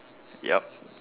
yup